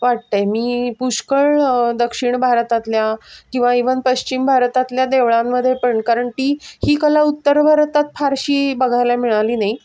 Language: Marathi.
वाटतं आहे मी पुष्कळ दक्षिण भारतातल्या किंवा इवन पश्चिम भारतातल्या देवळांमध्ये पण कारण ती ही कला उत्तर भारतात फारशी बघायला मिळाली नाही